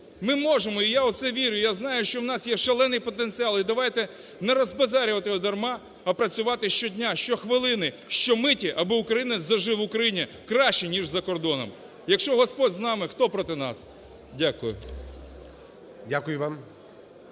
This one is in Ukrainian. Ми можемо, і я в це вірю, я знаю, що у нас є шалений потенціал, і давайте не розбазарювати його дарма, а працювати щодня, щохвилини, щомиті аби українець зажив в Україні краще, ніж за кордоном. Якщо Господь з нами, хто проти нас? Дякую. ГОЛОВУЮЧИЙ.